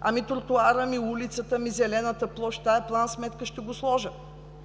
Ами тротоара, ами улицата, ами зелената площ? В тази план-сметка ще го сложа.